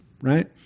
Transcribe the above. right